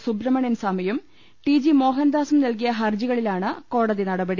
സുബ്രഹ്മണ്യൻ സ്വാമിയും ടി ജി മോഹൻദാസും നൽകിയ ഹർജികളിലാണ് കോടതി നടപടി